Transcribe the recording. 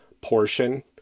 portion